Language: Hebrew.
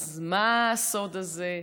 אז מה הסוד הזה?